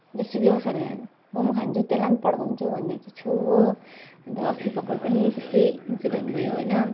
जेसुकै होस् भनेर म पनि खान्छु त्यसलाई पनि पड्काउँछु भन्ने चाहिँ छु हो अन्त अस्ति भर्खर पनि त्यस्तै इन्सिडेन्ट भयो होइन